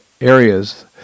areas